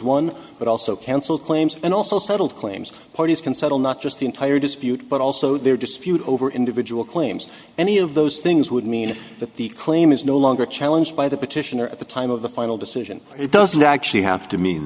one but also counsel claims and also settled claims parties can settle not just the entire dispute but also their dispute over individual claims any of those things would mean that the claim is no longer a challenge by the petitioner at the time of the final decision it doesn't actually have to mean